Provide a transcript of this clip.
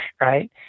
right